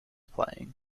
playing